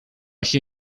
się